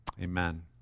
amen